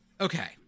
Okay